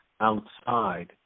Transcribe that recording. outside